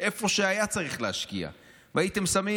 איפה שהיה צריך להשקיע והייתם שמים,